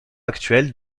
actuel